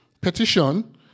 Petition